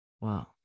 Wow